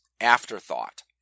afterthought